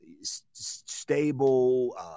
stable